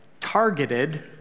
targeted